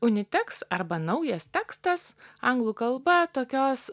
uniteks arba naujas tekstas anglų kalba tokios